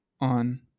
on